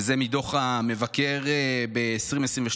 וזה מדוח המבקר ב-2022,